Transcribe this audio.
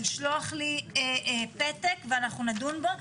לשלוח לי פתק ואנחנו נדון בו.